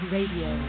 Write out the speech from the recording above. Radio